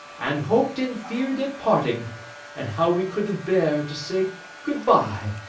and hoped and feared at parting and how we couldn't bear to say good bye